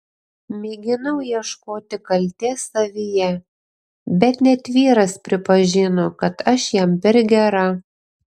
mėginau ieškoti kaltės savyje bet net vyras pripažino kad aš jam per gera